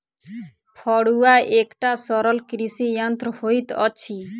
फड़ुआ एकटा सरल कृषि यंत्र होइत अछि